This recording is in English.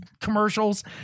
commercials